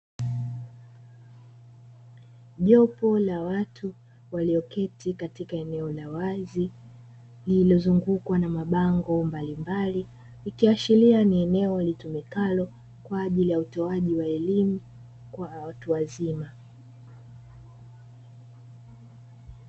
Jopo la watu walioketi katika eneo la wazi, lililozungukwa na mabango mbalimbali ikiashiria ni eneo litumikalo kwa ajili ya utowaji wa elimu kwa watu wazima.